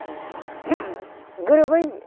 गोरोबै